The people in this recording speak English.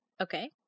Okay